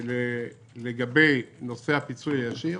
שלגבי נושא הפיצוי הישיר